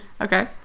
Okay